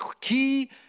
key